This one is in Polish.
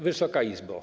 Wysoka Izbo!